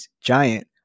giant